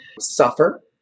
suffer